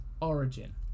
Origin